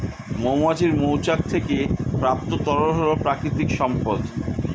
মৌমাছির মৌচাক থেকে প্রাপ্ত তরল হল প্রাকৃতিক সম্পদ